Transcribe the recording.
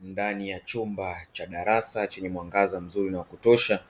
Ndani ya chumba cha darasa chenye mwangaza mzuri na wa kutosha,